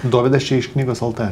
dovydas čia iš knygos lt